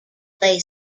lay